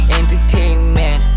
entertainment